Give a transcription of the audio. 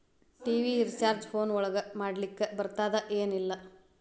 TV recharge phone ಒಳಗ ಮಾಡ್ಲಿಕ್ ಬರ್ತಾದ ಏನ್ ಇಲ್ಲ?